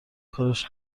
کارش